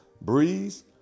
Breeze